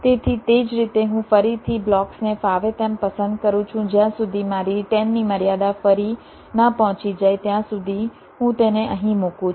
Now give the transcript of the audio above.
તેથી તે જ રીતે હું ફરીથી બ્લોક્સને ફાવે તેમ પસંદ કરું છું જ્યાં સુધી મારી 10 ની મર્યાદા ફરી ન પહોંચી જાય ત્યાં સુધી હું તેને અહીં મૂકું છું